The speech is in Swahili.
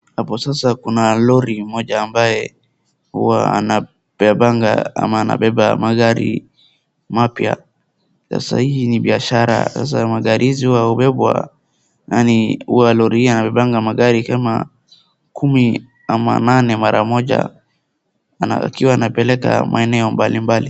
Hapo sasa kuna lori moja ambayo, hubeba magari mapya, sasa hii ni biashara. Sasa magari hii hubebwa na lori hii hubeba magari kama kumi ama nane mara moja, wakiwa wanapeleka maeneo mbalimbali.